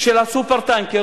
של ה"סופר-טנקר",